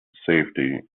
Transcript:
safety